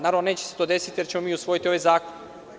Naravno, neće se to desiti jer ćemo mi usvojiti ovaj zakon.